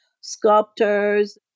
sculptors